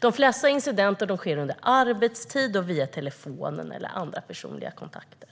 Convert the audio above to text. De flesta incidenter sker under arbetstid och via telefon eller andra personliga kontakter.